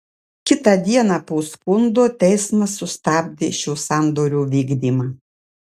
kitą dieną po skundo teismas sustabdė šio sandorio vykdymą